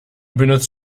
benutzt